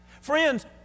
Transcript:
Friends